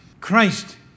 Christ